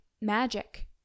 magic